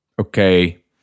okay